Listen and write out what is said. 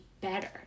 better